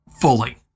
fully